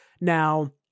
Now